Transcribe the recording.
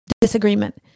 disagreement